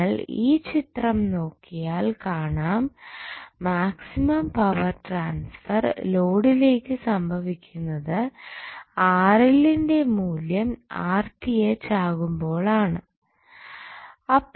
നിങ്ങൾ ഈ ചിത്രം നോക്കിയാൽകാണാം മാക്സിമം പവർ ട്രാൻസ്ഫർ ലോഡിലേക്ക് സംഭവിക്കുന്നത് ന്റെ മൂല്യം ആകുമ്പോളാണ് എന്ന്